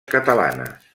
catalanes